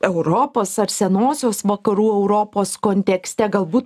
europos ar senosios vakarų europos kontekste galbūt